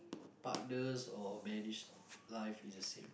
partners or marriage life is the same